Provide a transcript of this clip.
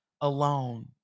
alone